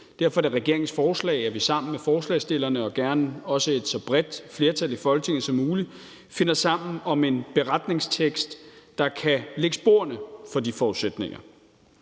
Derfor er det regeringens forslag, at vi sammen med forslagsstillerne og også gerne med et så bredt flertal i Folketinget som muligt finder sammen om en beretningstekst, der kan lægge sporene for de forudsætninger.